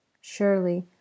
Surely